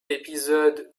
épisode